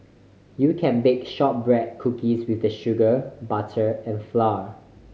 you can bake shortbread cookies with the sugar butter and flour